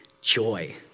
Joy